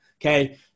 Okay